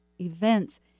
events